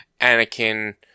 Anakin